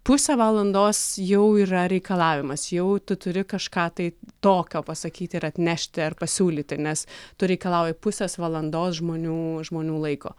pusę valandos jau yra reikalavimas jau tu turi kažką tai tokio pasakyti ir atnešti ar pasiūlyti nes tu reikalauji pusės valandos žmonių žmonių laiko